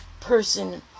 person